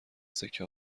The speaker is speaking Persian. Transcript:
سکه